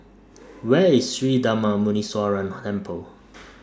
Where IS Sri Darma Muneeswaran Temple